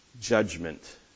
judgment